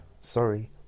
sorry